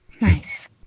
Nice